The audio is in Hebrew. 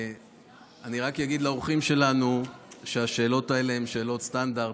אני רק אגיד לאורחים שלנו שהשאלות האלה הן שאלות סטנדרט.